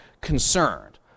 concerned